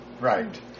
Right